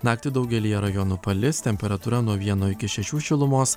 naktį daugelyje rajonų palis temperatūra nuo vieno iki šešių šilumos